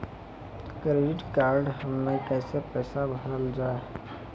Credit card हम्मे कैसे पैसा भरल जाए?